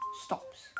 stops